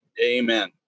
Amen